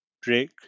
Drake